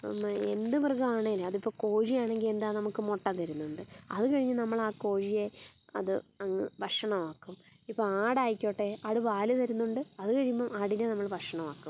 എന്ത് മൃഗമാണേലും അത് ഇപ്പോൾ കോഴിയാണെങ്കിൽ എന്താ നമുക്ക് മുട്ട തരുന്നുണ്ട് അതുകഴിഞ്ഞ് നമ്മളാ കോഴിയെ അത് അങ്ങ് ഭക്ഷണവാക്കും ഇപ്പം ആടായിക്കോട്ടെ ആട് പാൽ തരുന്നുണ്ട് അത് കഴിയുമ്പോൾ ആടിനെ നമ്മൾ ഭക്ഷണമാക്കും